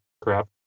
crap